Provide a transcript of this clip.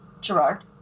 Gerard